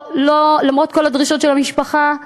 למרות כל הדרישות של המשפחה,